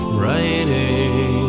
writing